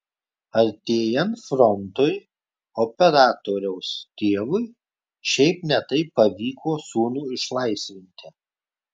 artėjant frontui operatoriaus tėvui šiaip ne taip pavyko sūnų išlaisvinti